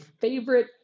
favorite